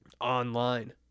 online